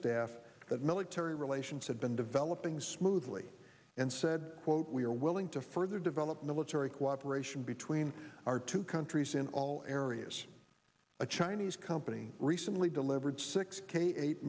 staff that military relations had been developing smoothly and said quote we are willing to further develop military cooperation between our two countries in all areas a chinese company recently delivered six k eight